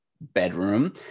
bedroom